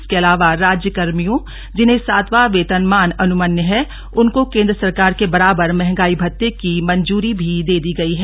इसके अलावा राज्य कर्मियों जिन्हें सातवां वेतनमान अनुमन्य है उनको केंद्र सरकार के बराबर महंगाई भत्ते की मंजूरी भी दी गई है